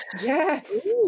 yes